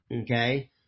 Okay